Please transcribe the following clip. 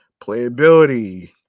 playability